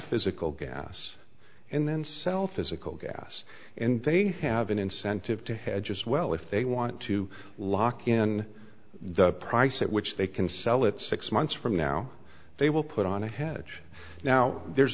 physical gas and then sell physical gas and they have an incentive to hedge is well if they want to lock in the price at which they can sell it six months from now they will put on a hedge now there's